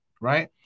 right